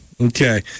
Okay